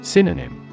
Synonym